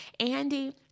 Andy